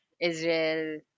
Israel